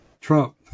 Trump